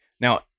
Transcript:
Now